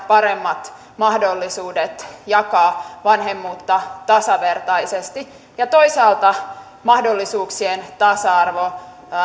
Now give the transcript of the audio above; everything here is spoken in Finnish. paremmat mahdollisuudet jakaa vanhemmuutta tasavertaisesti ja toisaalta mahdollisuuksien tasa arvo